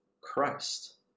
Christ